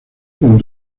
con